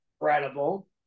Incredible